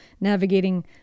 navigating